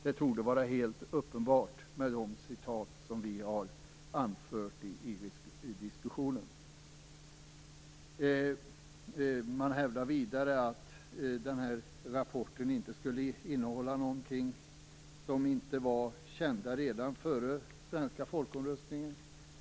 Det torde vara helt uppenbart, med de citat som vi har anfört i diskussionen. Man hävdar vidare att den här rapporten inte skulle innehålla någonting som inte var känt redan före den svenska folkomröstningen.